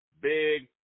Big